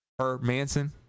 Hermanson